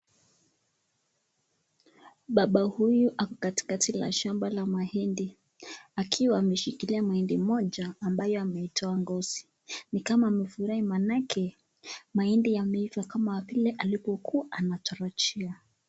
Baba huyu ako katikati la shamba la mahindi akiwa ameshikilia mahindi moja ambayo ameitoa ngozi, ni kama amefurahi manake mahindi yameiva kama vile alipokua anatarajia.